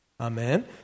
Amen